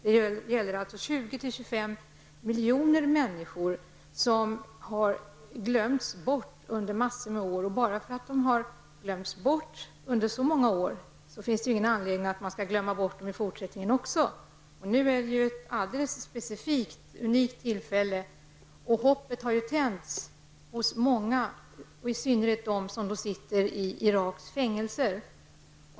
Det gäller alltså 20-- 25 miljoner människor som under en mängd år har varit bortglömda. Detta är ju ingen anledning för att glömma bort dem även i fortsättningen. Nu är det ju ett alldeles unikt tillfälle. Hoppet hos många har ju tänts. Det gäller i synnerhet de människor som sitter i Iraks fängelser.